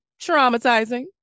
traumatizing